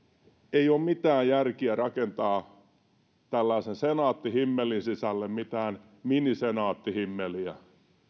ei ole mitään järkeä rakentaa tällaisen senaatti himmelin sisälle mitään mini senaatti himmeliä